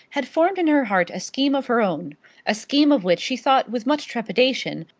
had formed in her heart a scheme of her own a scheme of which she thought with much trepidation,